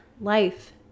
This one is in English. life